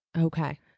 Okay